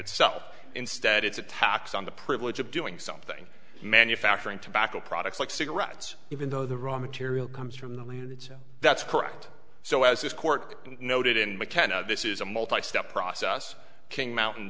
itself instead it's a tax on the privilege of doing something manufacturing tobacco products like cigarettes even though the raw material comes from the that's correct so as this court noted in mckenna this is a multi step process king mountain